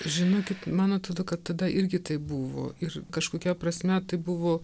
žinokit man atrodo kad tada irgi taip buvo ir kažkokia prasme tai buvo